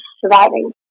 surviving